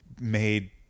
Made